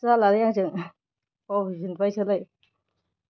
जालालै आंजो बावफिनजोब्बाय सोलाय